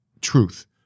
truth